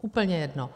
Úplně jedno.